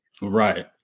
right